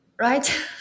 right